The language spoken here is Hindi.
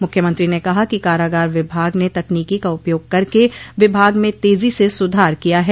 मुख्यमंत्री ने कहा कि कारागार विभाग ने तकनीकी का उपयोग करके विभाग में तेजी से सुधार किया है